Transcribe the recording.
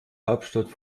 hauptstadt